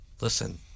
Listen